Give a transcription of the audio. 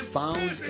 found